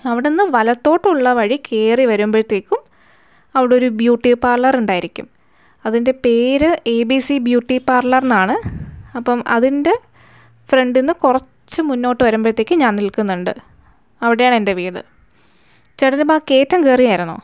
അവിടെ നിന്ന് വലത്തോട്ടുള്ള വഴി കയറി വരുമ്പോഴത്തേക്കും അവിടെ ഒരു ബ്യൂട്ടി പാർലർ ഉണ്ടായിരിക്കും അതിൻ്റെ പേര് A B C beauty parlour എന്നാണ് അപ്പം അതിൻ്റെ ഫ്രണ്ടിൽ നിന്ന് കുറച്ച് മുന്നോട്ട് വരുമ്പോഴത്തേക്ക് ഞാൻ നിൽക്കുന്നുണ്ട് അവിടെ ആണ് എൻ്റെ വീട് ചേട്ടനിപ്പോൾ ആ കയറ്റം കേറിയായിരുന്നോ